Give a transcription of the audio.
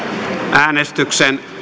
äänestyksen